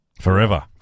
Forever